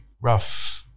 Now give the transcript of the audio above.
rough